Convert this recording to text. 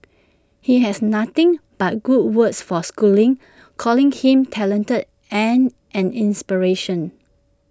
he has nothing but good words for schooling calling him talented and an inspiration